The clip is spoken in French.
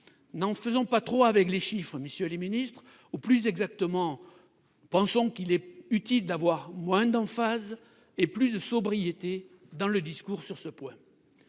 n'en faisons pas trop avec les chiffres, messieurs les ministres, ou plus exactement adoptons moins d'emphase et plus de sobriété dans le discours sur ce point.